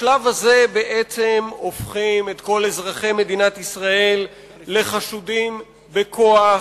בשלב הזה בעצם הופכים את כל אזרחי מדינת ישראל לחשודים בכוח.